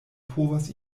povas